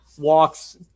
Walks